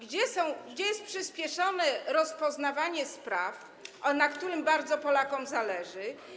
Gdzie jest przyspieszone rozpoznawanie spraw, na którym bardzo Polakom zależy?